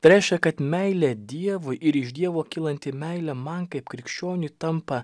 tai reiškia kad meilė dievui ir iš dievo kylanti meilė man kaip krikščioniui tampa